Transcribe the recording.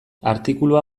artikulua